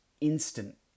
instant